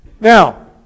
Now